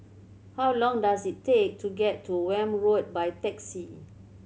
how long does it take to get to Welm Road by taxi